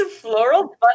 Floral